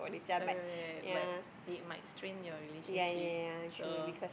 correct but it might strain your relationship so